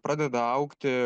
pradeda augti